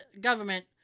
government